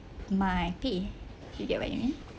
my pay you get what it mean